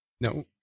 no